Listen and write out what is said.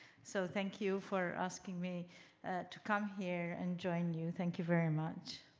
so thank you for asking me to come here and join you. thank you very much.